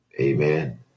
Amen